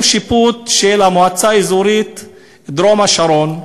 השיפוט של המועצה האזורית דרום-השרון,